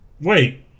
Wait